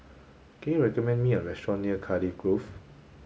can you recommend me a restaurant near Cardiff Grove